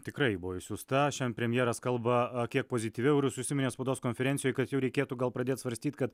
tikrai buvo išsiųsta šiandien premjeras kalba kiek pozityviau ir jis užsiminė spaudos konferencijoj kad jau reikėtų gal pradėt svarstyt kad